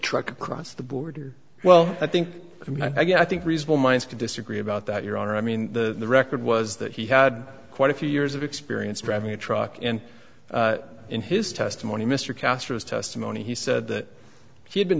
truck across the border well i think i mean i think reasonable minds to disagree about that your honor i mean the record was that he had quite a few years of experience driving a truck and in his testimony mr castro's testimony he said that he had been